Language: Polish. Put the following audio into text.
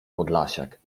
podlasiak